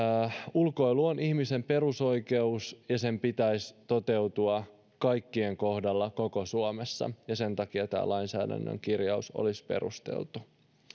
ulkoilu on ihmisen perusoikeus ja sen pitäisi toteutua kaikkien kohdalla koko suomessa ja sen takia tämä lainsäädännön kirjaus olisi perusteltu